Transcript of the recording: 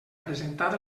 presentat